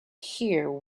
hear